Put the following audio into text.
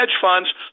funds